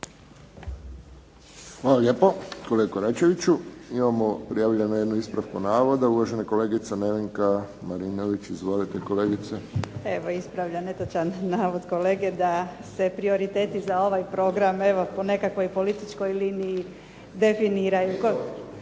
Hvala lijepo kolegi Koračeviću. Imamo prijavljenu jednu ispravku navoda, uvažena kolegica Nevenka Marinović. Izvolite kolegice. **Marinović, Nevenka (HDZ)** Evo ispravljam netočan navod kolege da se prioriteti za ovaj program, evo po nekakvoj političkoj liniji definiraju.